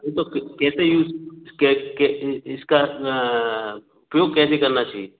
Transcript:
नहीं तो कैसे यूज़ इसका उपयोग कैसे करना चाहिए